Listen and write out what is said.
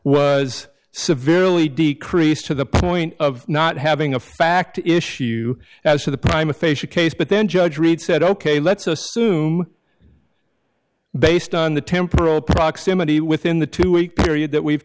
was severely decreased to the point of not having a fact issue as to the prime official case but then judge reed said ok let's assume based on the temporal proximity within the two week period that we've